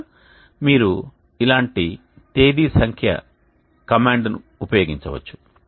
లేదా మీరు ఇలాంటి తేదీ సంఖ్య కమాండ్ ని ఉపయోగించవచ్చు